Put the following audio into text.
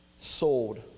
sold